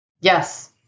Yes